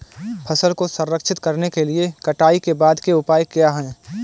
फसल को संरक्षित करने के लिए कटाई के बाद के उपाय क्या हैं?